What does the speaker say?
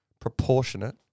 Proportionate